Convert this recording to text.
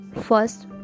first